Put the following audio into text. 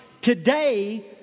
today